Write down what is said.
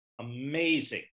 amazing